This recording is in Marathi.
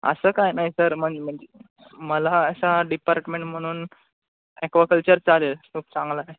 असं काय नाही सर मन म्हणजे मला असा डिपार्टमेंट म्हणून ॲक्वाकल्चर चालेल खूप चांगला आहे